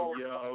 yo